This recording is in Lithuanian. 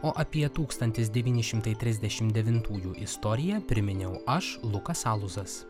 o apie tūkstantis devyni šimtai trisdešim devintųjų istoriją priminiau aš lukas aluzas